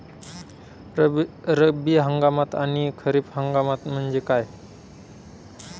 रब्बी हंगाम आणि खरीप हंगाम म्हणजे काय?